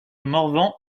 morvan